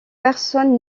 personne